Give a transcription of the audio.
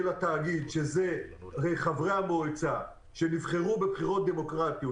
התאגיד שזה חברי המועצה שנבחרו בבחירות דמוקרטיות,